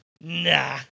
nah